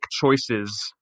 choices